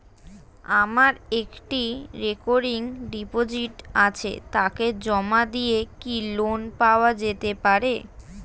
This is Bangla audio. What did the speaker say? আমার একটি রেকরিং ডিপোজিট আছে তাকে জমা দিয়ে কি লোন পাওয়া যেতে পারে?